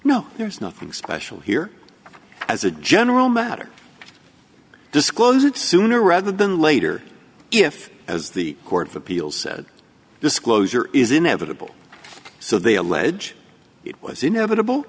no there's nothing special here as a general matter disclose it sooner rather than later if as the court of appeals said disclosure is inevitable so they allege it was inevitable